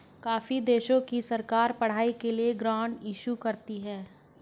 काफी देशों की सरकार पढ़ाई के लिए ग्रांट इशू करती है